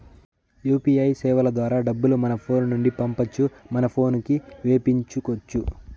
UPI సేవల ద్వారా డబ్బులు మన ఫోను నుండి పంపొచ్చు మన పోనుకి వేపించుకొచ్చు